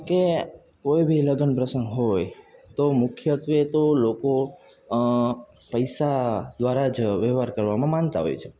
કે કોઈ બી લગ્નપ્રસંગ હોય તો મુખ્યત્વે તો લોકો પૈસા દ્વારા જ વહેવાર કરવામાં માનતા હોય છે